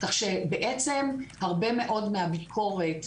כך שהרבה מאוד מהביקורת,